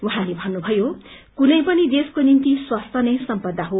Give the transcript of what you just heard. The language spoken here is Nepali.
उहाँले भन्नुभयो कुनै पनि देशको निश्ति स्वास्थ्य नै सम्पदा को